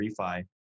refi